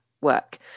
work